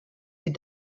sie